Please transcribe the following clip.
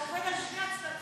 זה עובד על שני הצדדים.